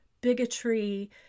bigotry